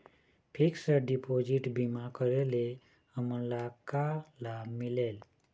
Fix deposit बीमा करे ले हमनला का लाभ मिलेल?